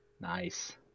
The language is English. Nice